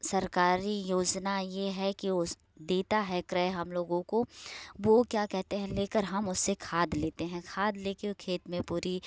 सरकारी योजना ये है कि उस देता है क्रय हम लोगों को वो क्या कहते हैं लेकर हम उसे खाद लेते हैं खाद लेके वो खेत में पूरी